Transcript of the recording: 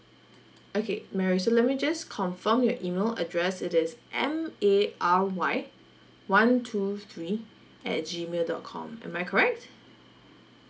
okay mary so let me just confirm your email address it is M A R Y one two three at G mail dot com am I correct